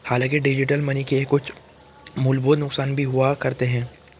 हांलाकि digital money के कुछ मूलभूत नुकसान भी हुआ करते हैं